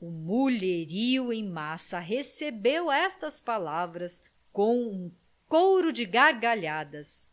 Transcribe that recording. o mulherio em massa recebeu estas palavras com um coro de gargalhadas